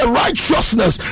righteousness